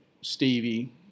Stevie